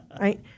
right